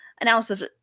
analysis